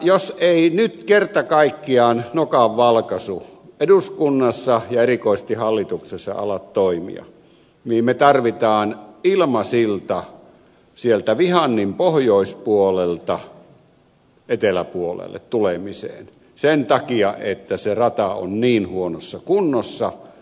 jos ei nyt kerta kaikkiaan nokanvalkaisu eduskunnassa ja erikoisesti hallituksessa ala toimia niin me tarvitsemme ilmasillan sieltä vihannin pohjoispuolelta eteläpuolelle tulemiseen sen takia että se rata on niin huonossa kunnossa